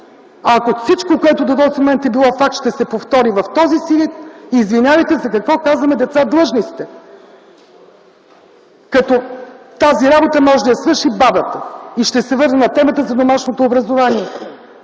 А ако всичко, което до този момент е било факт, ще се повтори в този си вид – извинявайте, за какво казваме: „Деца, длъжни сте!”, след като тази работа може да я свърши бабата? Ще се върна на темата за домашното образование.